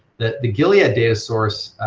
that the gilead data source,